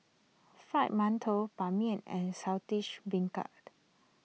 Fried Mantou Ban Mian and Saltish Beancurd